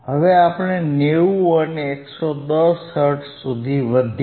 હવે આપણે 90 અને 110 હર્ટ્ઝ સુધી વધ્યા